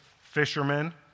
fishermen